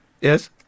Yes